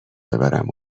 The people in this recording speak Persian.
ببرم